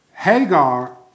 Hagar